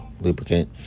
lubricant